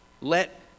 let